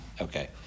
Okay